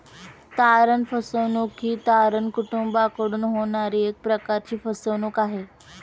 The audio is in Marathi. तारण फसवणूक ही तारण कुटूंबाकडून होणारी एक प्रकारची फसवणूक आहे